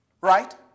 Right